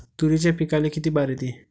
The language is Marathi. तुरीच्या पिकाले किती बार येते?